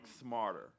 smarter